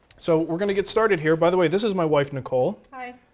so, we're going to get started here. by the way, this is my wife, nicole. hi.